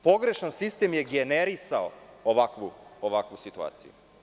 Pogrešan sistem je generisao ovakvu situaciju.